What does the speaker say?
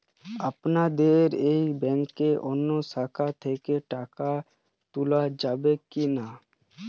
আপনাদের এই ব্যাংকের অন্য শাখা থেকে টাকা তোলা যাবে কি না?